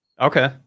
Okay